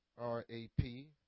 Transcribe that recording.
R-A-P